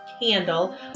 candle